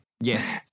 Yes